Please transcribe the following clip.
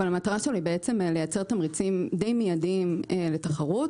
אבל המטרה שלו היא לייצר תמריצים די מיידיים לתחרות,